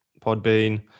Podbean